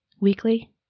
weekly